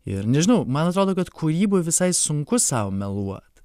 ir nežinau man atrodo kad kūryboj visai sunku sau meluot